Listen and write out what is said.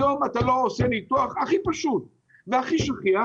היום לא עושים את הניתוח הכי פשוט והכי שכיח